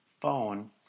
phone